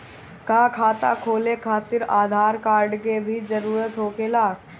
का खाता खोले खातिर आधार कार्ड के भी जरूरत होखेला?